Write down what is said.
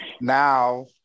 now